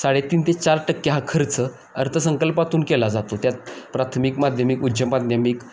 साडेतीन ते चार टक्के हा खर्च अर्थसंकल्पातून केला जातो त्यात प्राथमिक माध्यमिक उच्च माध्यमिक